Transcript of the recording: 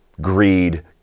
Greed